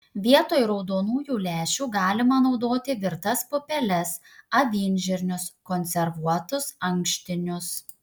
vietoj raudonųjų lęšių galima naudoti virtas pupeles avinžirnius konservuotus ankštinius